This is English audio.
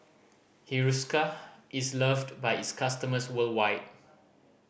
Hiruscar is loved by its customers worldwide